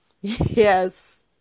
Yes